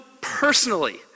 personally